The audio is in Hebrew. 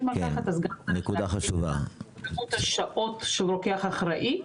המרקחת אז גם --- השעות של רוקח אחראי.